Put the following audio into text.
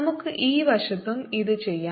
നമുക്ക് ഈ വശത്തും ഇത് ചെയ്യാം